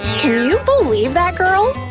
can you believe that girl?